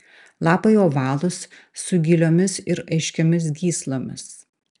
lapai ovalūs su giliomis ir aiškiomis gyslomis